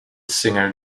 singer